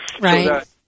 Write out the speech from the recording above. Right